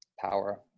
power